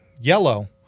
yellow